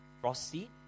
Frosty